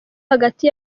hagati